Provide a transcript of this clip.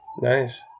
Nice